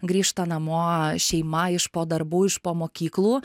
grįžta namo šeima iš po darbų iš po mokyklų